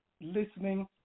listening